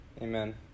Amen